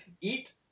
Eat